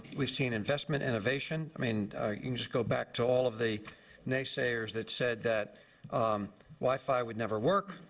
we've seen investment, innovation. i mean you can just go back to all of the naysayers that said that wi-fi would never work.